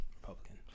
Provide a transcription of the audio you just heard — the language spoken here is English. Republican